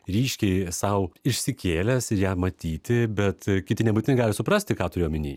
ryškiai sau išsikėlęs ir ją matyti bet kiti nebūtinai gali suprasti ką turi omeny